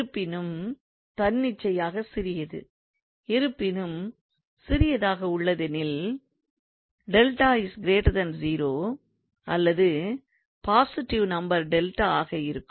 இருப்பினும் தன்னிச்சையாக சிறியது இருப்பினும் சிறியதாக உள்ளதெனில் 𝛿 0 அல்லது பாசிடிவ் நம்பர் 𝛿 ஆக இருக்கும்